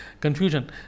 Confusion